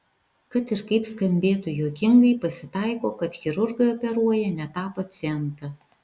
kad ir kaip skambėtų juokingai pasitaiko kad chirurgai operuoja ne tą pacientą